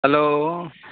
hello